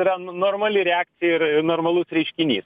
yra nu normali reakcija ir ir normalus reiškinys